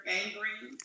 angry